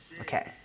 okay